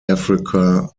africa